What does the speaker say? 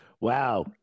Wow